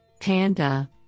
Panda